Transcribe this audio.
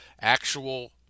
actual